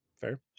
fair